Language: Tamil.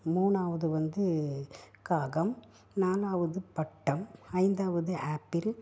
மூணாவது வந்து காகம் நாலாவது பட்டம் ஐந்தாவது ஆப்பிள்